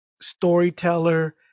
storyteller